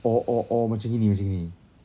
or or or macam gini macam gini